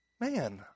man